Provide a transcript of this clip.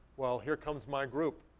well, here comes my group,